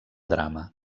drama